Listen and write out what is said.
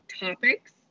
topics